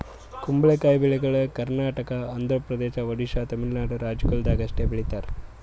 ಕುಂಬಳಕಾಯಿ ಬೆಳಿಗೊಳ್ ಕರ್ನಾಟಕ, ಆಂಧ್ರ ಪ್ರದೇಶ, ಒಡಿಶಾ, ತಮಿಳುನಾಡು ರಾಜ್ಯಗೊಳ್ದಾಗ್ ಅಷ್ಟೆ ಬೆಳೀತಾರ್